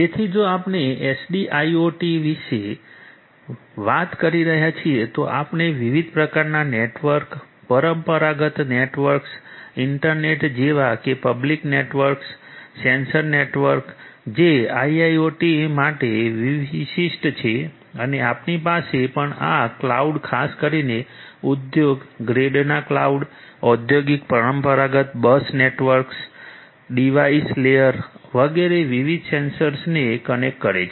તેથી જો આપણે એસડીઆઈઆઈઓટી વિશે વાત કરી રહ્યા છીએ તો આપણે વિવિધ પ્રકારનાં નેટવર્ક પરંપરાગત નેટવર્ક્સ ઇન્ટરનેટ જેવા કે પબ્લિક નેટવર્ક્સ સેન્સર નેટવર્ક્સ જે આઇઆઇઓટી માટે વધુ વિશિષ્ટ છે અને આપણી પાસે પણ આ ક્લાઉડ ખાસ કરીને ઉદ્યોગ ગ્રેડના ક્લાઉડ ઔદ્યોગિક પરંપરાગત બસ નેટવર્ક્સ ડિવાઇસ લેયર વગેરે વિવિધ સેન્સર્સને કનેક્ટ કરે છે